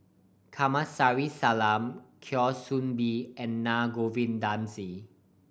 Kamsari Salam Kwa Soon Bee and Naa Govindasamy